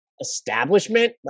establishment